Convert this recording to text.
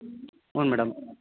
ಹ್ಞೂಂ madam